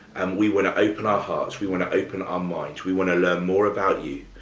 we want to open our hearts, we want to open our minds, we want to learn more about you,